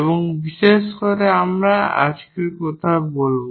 এবং বিশেষ করে আমরা আজকের কথা বলব